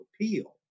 appeal